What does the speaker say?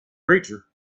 creature